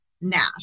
Nash